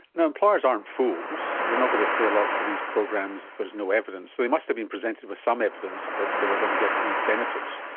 now, employers aren't fools, they're not going to pay a lot for these programs if there is no evidence, so they must been presented with some evidence that they were going to get these benefits.